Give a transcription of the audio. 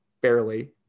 Barely